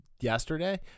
yesterday